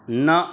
न